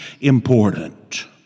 important